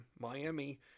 Miami